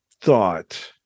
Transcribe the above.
thought